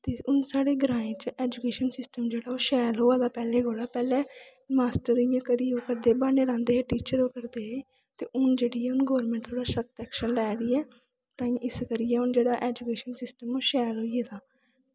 ते हून साढ़े ग्राएं च ऐजुकेशन सिस्टम जेह्ड़ा ओह् शैल होआ दा पैह्लें कोला पैह्लें मास्टर इ'यां ओह् करियै ब्हान्ने लांदे हे टीचर ओह् करदे हे ते हून जेह्ड़ी ऐ हून गौरमैंट सख्त ऐक्शन लै दी ऐ इस करियै जेह्ड़ा ऐजुकेशन सिस्टम शैल होई गेदा